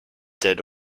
dead